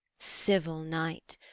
civil night,